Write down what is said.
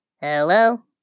Hello